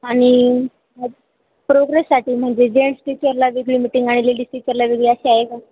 आणि प्रोग्रेससाठी म्हणजे जेन्ट्स टीचरला वेगळी मीटिंग आणि लेडीज टीचरला वेगळी अशी आहे का